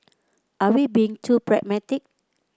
are we being too pragmatic